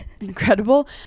incredible